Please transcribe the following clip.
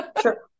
Sure